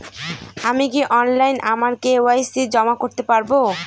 আমি কি অনলাইন আমার কে.ওয়াই.সি জমা করতে পারব?